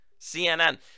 cnn